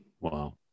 Wow